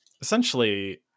essentially